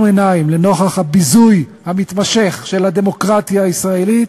עיניים נוכח הביזוי המתמשך של הדמוקרטיה הישראלית,